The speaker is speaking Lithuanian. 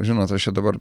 žinot aš čia dabar